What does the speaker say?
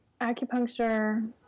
acupuncture